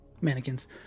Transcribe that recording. mannequins